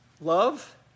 love